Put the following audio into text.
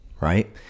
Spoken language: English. right